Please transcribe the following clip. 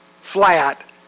flat